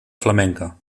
flamenca